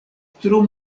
tro